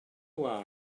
why